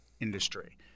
industry